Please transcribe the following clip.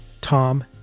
Tom